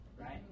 Right